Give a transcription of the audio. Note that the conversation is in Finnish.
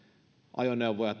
ajoneuvoja